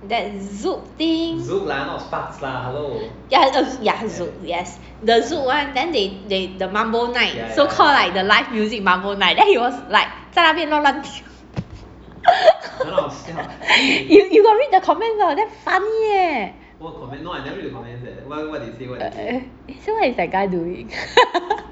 that zouk thing yeah oh yeah zouk yes the zouk one then they they the mambo night so called like the music mambo night then he was like 在那边乱乱跳 you you got read the comments a not damn funny leh they say what is that guy doing